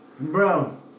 Bro